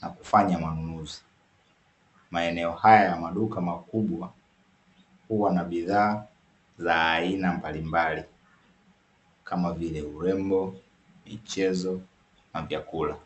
na kufanya manunuzi. Maeneo haya ya maduka makubwa huwa na bidhaa za aina mbalimbali kama vile: urembo, michezo na vyakula.